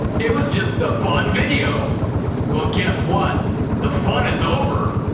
it was just the fun video well guess what the fun is over!